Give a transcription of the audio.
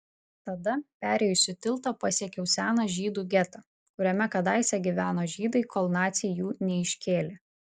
tada perėjusi tiltą pasiekiau seną žydų getą kuriame kadaise gyveno žydai kol naciai jų neiškėlė